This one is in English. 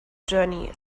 journey